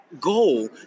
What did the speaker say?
goal